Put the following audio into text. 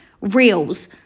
reels